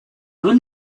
will